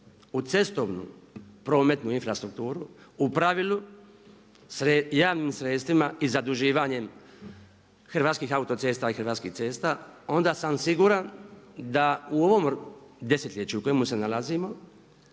u cestovnu prometnu infrastrukturu u pravilu se javnim sredstvima i zaduživanjem Hrvatskih autocesta i Hrvatskih cesta onda sam sigurno da u ovom desetljeću u kojemu se nalazimo